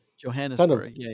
Johannesburg